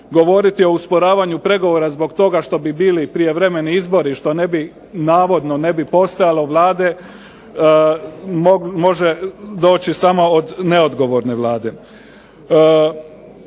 govoriti o usporavanju pregovora zbog toga što bi bili prijevremeni izbori i što ne bi navodno ne bi postojalo Vlade može doći samo od neodgovorne Vlade.